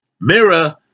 mirror